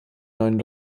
neuen